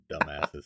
dumbasses